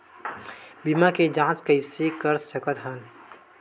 बीमा के जांच कइसे कर सकत हन?